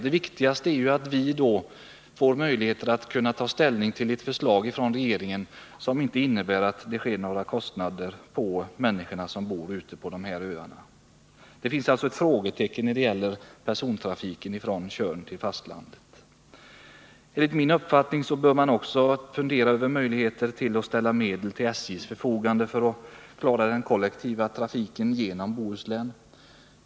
Det viktigaste är ju att vi får möjligheter att ta ställning till ett regeringsförslag som innebär att det inte läggs några kostnader på de människor som bor ute på dessa öar. Jag måste alltså sätta ett frågetecken när det gäller persontrafiken från Tjörn till fastlandet. Enligt min mening bör man också fundera över möjligheterna att ställa medel till SJ:s förfogande för att klara den kollektiva trafiken genom Bohuslän.